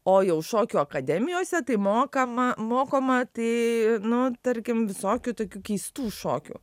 o jau šokio akademijose tai mokama mokoma tai nu tarkim visokių tokių keistų šokių